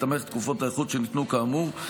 בהסתמך תקופות ההיערכות שניתנו כאמור,